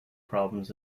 problems